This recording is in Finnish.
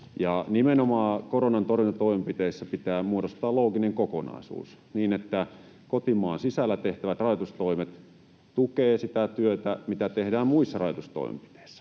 Nimenomaan koronan torjuntatoimenpiteissä pitää muodostaa looginen kokonaisuus, niin että kotimaan sisällä tehtävät rajoitustoimet tukevat sitä työtä, mitä tehdään muissa rajoitustoimenpiteissä